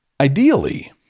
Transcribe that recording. Ideally